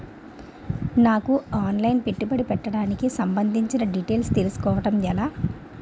నాకు offline పెట్టుబడి పెట్టడానికి సంబందించిన డీటైల్స్ తెలుసుకోవడం ఎలా?